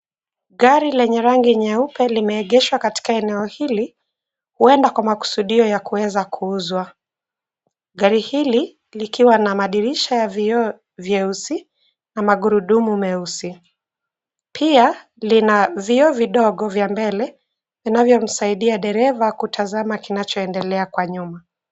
Gari lenye rangi nyeupe limeegeshwa katika eneo hili huenda kwa makusudio ya kuweza kuuzwa. Gari hili likiwa na madirisha ya vioo vyeusi na magurudumu meusi. Pia lina vioo vidogo vya mbele vinavyomsaidia dereva kutazama kinachoendelea kwa nyuma.